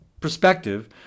perspective